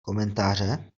komentáře